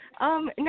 No